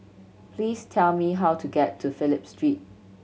please tell me how to get to Phillip Street